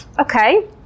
okay